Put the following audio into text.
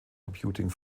computing